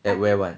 at where [one]